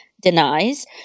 denies